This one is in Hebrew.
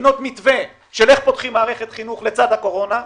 לבנות מתווה של איך פותחים מערכת חינוך לצד הקורונה.